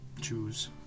choose